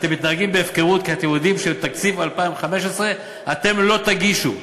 אתם מתנהגים בהפקרות כי אתם יודעים שאת תקציב 2015 אתם לא תגישו,